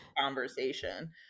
conversation